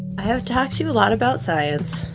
i have talked to you a lot about science.